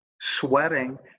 sweating